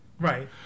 right